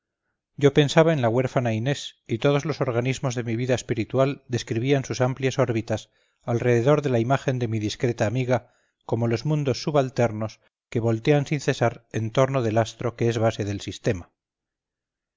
yo pensaba en la huérfana inés y todos los organismos de mi vida espiritual describían sus amplias órbitas alrededor de la imagen de mi discreta amiga como los mundos subalternos que voltean sin cesar en torno del astro que es base del sistema